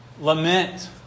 lament